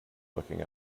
looking